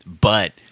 but-